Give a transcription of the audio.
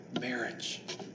marriage